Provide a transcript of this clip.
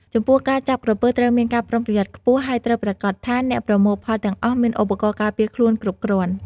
ចំពោះការចាប់ក្រពើត្រូវមានការប្រុងប្រយ័ត្នខ្ពស់ ហើយត្រូវប្រាកដថាអ្នកប្រមូលផលទាំងអស់មានឧបករណ៍ការពារខ្លួនគ្រប់គ្រាន់។